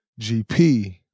GP